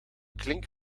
klink